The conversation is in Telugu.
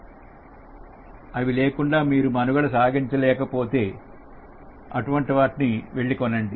అందుకని అవి లేకుండా మీరు మనుగడ సాగించే లేకపోతే వెళ్లి దాన్ని కొనండి